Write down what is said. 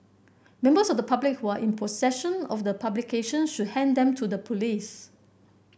members of the public who are in possession of the publications should hand them to the police